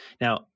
Now